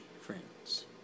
friends